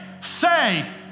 say